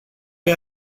are